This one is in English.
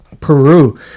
Peru